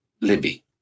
Libby